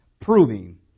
proving